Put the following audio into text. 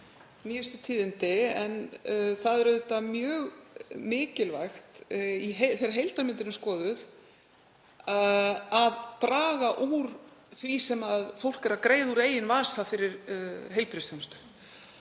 nýjustu tíðindi. Það er auðvitað mjög mikilvægt þegar heildarmyndin er skoðuð að draga úr því sem fólk greiðir úr eigin vasa fyrir heilbrigðisþjónustu